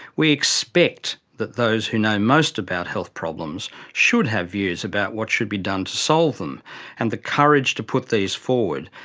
we expect that those who know most about health problems should have views about what should be done to solve them and the courage to put these forward,